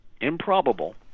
improbable